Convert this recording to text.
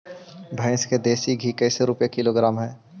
भैंस के देसी घी कैसे रूपये किलोग्राम हई?